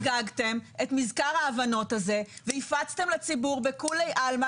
אתם חגגתם את מזכר ההבנות הזה והפצתם לציבור בכולי עלמא